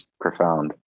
Profound